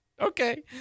Okay